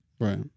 right